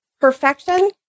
perfection